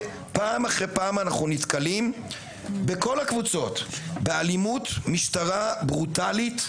פעם אחרי פעם אנחנו נתקלים בכל הקבוצות באלימות משטרה ברוטלית,